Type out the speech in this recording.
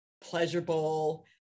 pleasurable